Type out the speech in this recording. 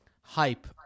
hype